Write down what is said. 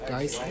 Guys